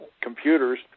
computers